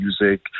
music